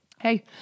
hey